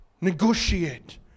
negotiate